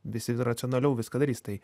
visi racionaliau viską darys tai